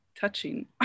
touching